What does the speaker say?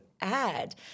add